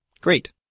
Great